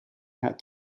had